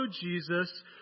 Jesus